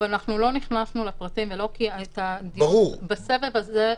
אנחנו לא נכנסנו לפרטים ובסבב הזה,